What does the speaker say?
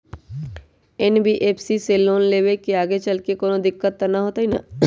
NBFC से loan लेबे से आगेचलके कौनो दिक्कत त न होतई न?